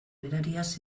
berariaz